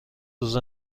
روز